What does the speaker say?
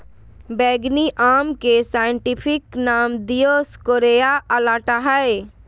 बैंगनी आम के साइंटिफिक नाम दिओस्कोरेआ अलाटा हइ